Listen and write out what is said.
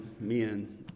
men